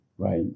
Right